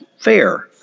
fair